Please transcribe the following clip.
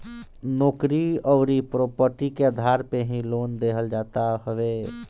नोकरी अउरी प्रापर्टी के आधार पे ही लोन देहल जात हवे